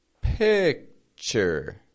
Picture